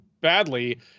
badly